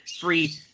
free